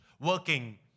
working